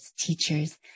teachers